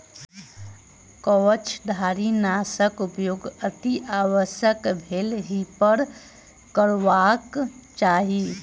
कवचधारीनाशक उपयोग अतिआवश्यक भेलहिपर करबाक चाहि